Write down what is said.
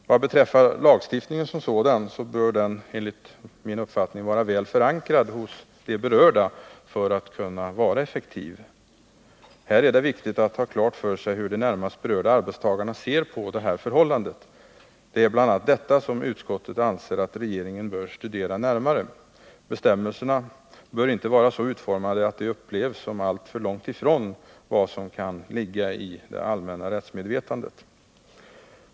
Vad beträffar lagstiftningen som sådan bör den enligt min uppfattning vara väl förankrad hos de berörda för att kunna vara effektiv. Det är viktigt att ha klart för sig hur de närmast berörda arbetstagarna ser på det här förhållandet. Det är bl.a. detta som utskottet anser att regeringen bör studera närmare. Bestämmelserna bör inte vara så utformade att de upplevs som alltför långt ifrån vad som kan ligga i det allmänna rättsmedvetandet.